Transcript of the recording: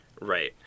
Right